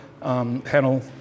panel